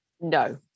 no